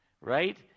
Right